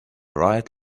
right